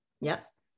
yes